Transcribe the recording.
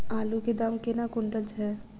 आलु केँ दाम केना कुनटल छैय?